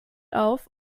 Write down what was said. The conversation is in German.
auf